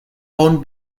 owned